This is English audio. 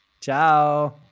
Ciao